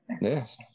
Yes